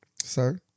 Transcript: Sir